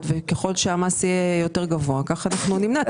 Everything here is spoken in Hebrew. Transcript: וככל שהמס יהיה יותר גבוה כך נמנע את הצריכה.